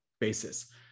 basis